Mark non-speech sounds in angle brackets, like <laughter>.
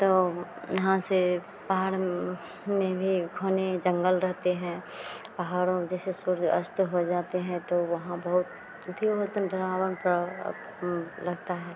तो यहाँ से पहाड़ में भी घने जंगल रहते हैं पहाड़ों जैसे सूर्य अस्त हो जाते हैं तो वहाँ बहुत अथी <unintelligible> अब लगता है